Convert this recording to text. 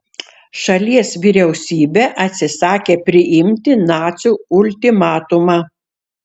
šalies vyriausybė atsisakė priimti nacių ultimatumą